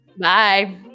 Bye